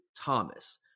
Thomas